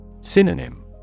Synonym